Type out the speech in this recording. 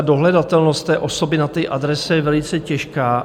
Dohledatelnost osoby na té adrese je velice těžká.